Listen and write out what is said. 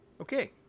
Okay